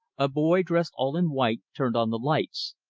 a boy dressed all in white turned on the lights.